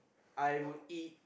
I would eat